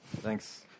Thanks